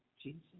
Jesus